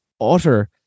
utter